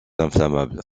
inflammable